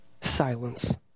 silence